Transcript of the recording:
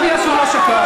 היא קראה לאיציק "שקרן".